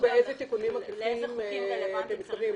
תגידו לאיזה תיקונים עקיפים אתם מתכוונים.